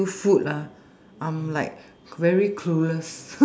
until food ah I'm like very clueless